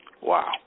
Wow